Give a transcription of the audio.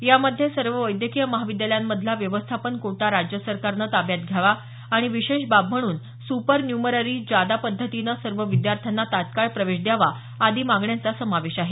यामध्ये सर्व वैद्यकीय महाविद्यालयांमधला व्यवस्थापन कोटा राज्य सरकारनं ताब्यात घ्यावा आणि विशेष बाब म्हणून सुपर न्यूमररी जादा पद्धतीनं सर्व विद्यार्थ्यांना तत्काळ प्रवेश द्यावा आदी मागण्यांचा समावेश आहे